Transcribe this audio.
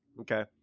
okay